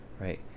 right